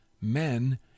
men